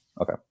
Okay